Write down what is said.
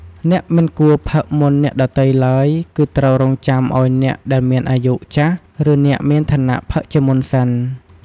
អ្នកមិនគួរផឹកមុនអ្នកដទៃឡើយ គឺត្រូវរងចាំឲ្យអ្នកដែមមានអាយុចាស់ ឬអ្នកមានឋានៈផឹកជាមុនសិន។